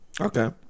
Okay